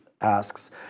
asks